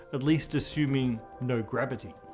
at least assuming no gravity.